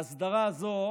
ההסדרה הזאת